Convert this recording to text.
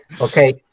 okay